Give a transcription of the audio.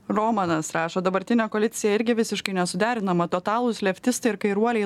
romanas rašo dabartinė koalicija irgi visiškai nesuderinama totalūs leftistai ir kairuoliai